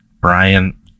Brian